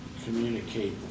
communicate